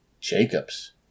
Jacobs